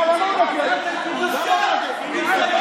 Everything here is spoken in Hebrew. הנחיה מלפיד, יאללה, תענה לו כבר, יאללה.